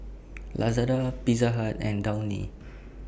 Lazada Pizza Hut and Downy